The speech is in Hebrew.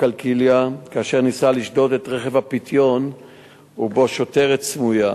קלקיליה כאשר ניסה לשדוד את רכב הפיתיון ובו שוטרת סמויה.